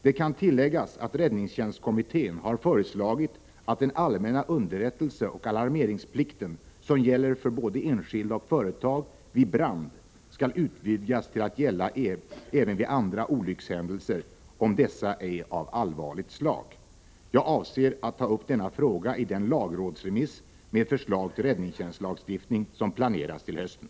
Det kan tilläggas att räddningstjänstskommittén har föreslagit att den allmänna underrättelseoch alarmeringsplikten som gäller för både enskilda och företag vid brand skall utvidgas till att gälla även vid andra olyckshändelser, om dessa är av allvarligt slag. Jag avser att ta upp denna fråga i den lagrådsremiss med förslag till räddningstjänstslagstiftning som planeras till hösten.